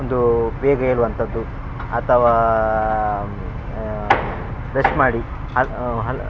ಒಂದು ಬೇಗ ಏಳುವಂಥದ್ದು ಅಥವಾ ಬ್ರೆಶ್ ಮಾಡಿ ಹಲ್ಲು ಹಲ್ಲು